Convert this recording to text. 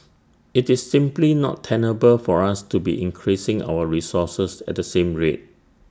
IT is simply not tenable for us to be increasing our resources at the same rate